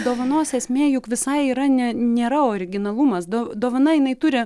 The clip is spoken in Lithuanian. dovanos esmė juk visai yra ne nėra originalumas do dovana jinai turi